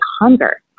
hunger